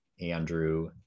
Andrew